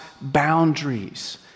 boundaries